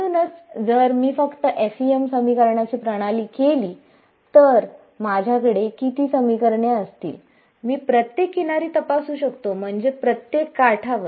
म्हणूनच जर मी फक्त FEM समीकरणाची प्रणाली केली तर माझ्याकडे किती समीकरणे असतील मी प्रत्येक किनारी तपासू शकतो म्हणजे प्रत्येक काठावर